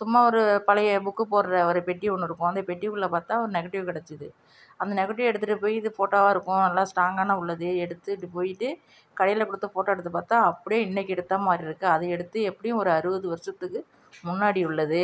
சும்மா ஒரு பழைய புக்கு போடுற ஒரு பெட்டி ஒன்று இருக்கும் அந்த பெட்டி உள்ள பார்த்தா ஒரு நெகட்டிவ் கிடச்சிது அந்த நெகட்டிவ் எடுத்துட்டு போய் இது ஃபோட்டோவாக இருக்கும் நல்லா ஸ்டாங்கான உள்ளது எடுத்துக்கிட்டு போயிட்டு கடையில் கொடுத்து ஃபோட்டோ எடுத்து பார்த்தா அப்படியே இன்றைக்கி எடுத்த மாதிரி இருக்குது அதை எடுத்து எப்படியும் ஒரு அறுபது வருடத்துக்கு முன்னாடி உள்ளது